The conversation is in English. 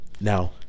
Now